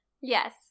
Yes